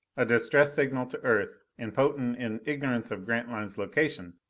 a distress signal to earth, and potan in ignorance of grantline's location,